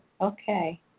Okay